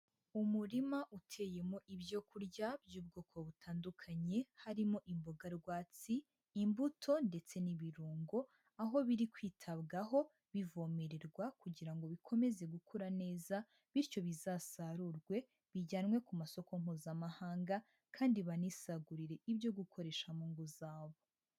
Umurima uteyemo ibyo kurya by'ubwoko butandukanye, harimo imboga rwatsi, imbuto ndetse n'ibirungo aho biri kwitabwaho bivomererwa kugira ngo bikomeze gukura neza, bityo bizasarurwe bijyanwe ku masoko Mpuzamahanga kandi banisagurire ibyo gukoresha mu ngo zabo.